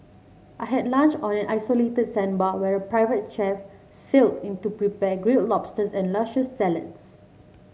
I had lunch on an isolated sandbar where a private chef sailed in to prepare grilled lobsters and luscious salads